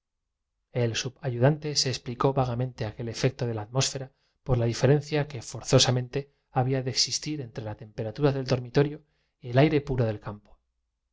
el subayudante se explicó vagamente aquel efecto de ventana volvió al dormitorio cogió su estuche y buscó el instiumento la atmósfera por la diferencia que forzosamente había de existir entre más adecuado para realizar el crimen al llegar al pie de la cama se la temperatura del dormitorio y el aire puro del campo pero